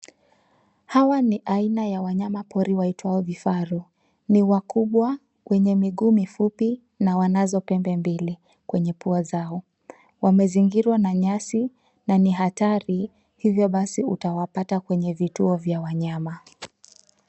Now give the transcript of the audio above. Hawa ni aina ya wanyama pori waitwao vifaru. Ni wakubwa, wenye miguu mifupi na wanazo pembe mbili kwenye pua zao. Wamezingirwa na nyasi na ni hatari, hivyo basi utawapata kwenye vituo vya wanyama.